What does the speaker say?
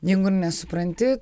jeigu nesupranti